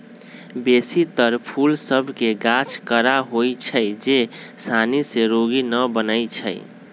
बेशी तर फूल सभ के गाछ कड़ा होइ छै जे सानी से रोगी न बनै छइ